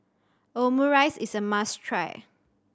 Omurice is a must try